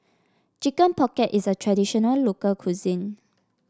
Chicken Pocket is a traditional local cuisine